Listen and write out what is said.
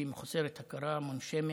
היא מחוסרת הכרה, מונשמת,